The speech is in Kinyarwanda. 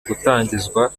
gutangizwa